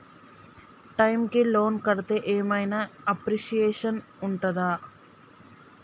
Time కి loan కడ్తే ఏం ఐనా అప్రిషియేషన్ ఉంటదా?